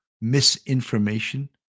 Misinformation